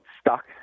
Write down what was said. stuck